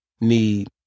need